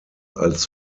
als